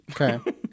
Okay